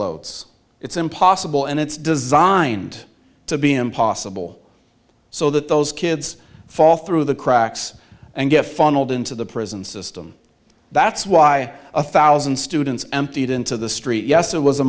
loads it's impossible and it's designed to be impossible so that those kids fall through the cracks and get funneled into the prison system that's why a thousand students emptied into the street yes